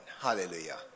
Hallelujah